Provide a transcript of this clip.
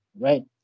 right